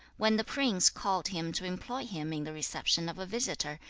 when the prince called him to employ him in the reception of a visitor,